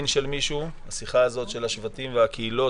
השיחה הזאת של השבטים והקהילות,